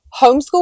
homeschool